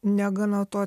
negana to